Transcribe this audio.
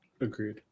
Agreed